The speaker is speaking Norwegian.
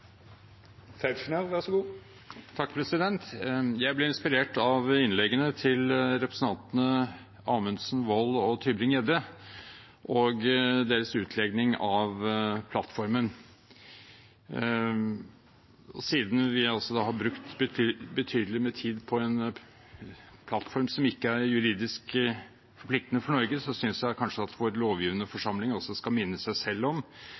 Jeg ble inspirert av innleggene til representantene Amundsen, Wold og Tybring-Gjedde og deres utlegning av plattformen. Siden vi altså har brukt betydelig med tid på en plattform som ikke er juridisk forpliktende for Norge, synes jeg kanskje at vår lovgivende forsamling også skal minne seg selv om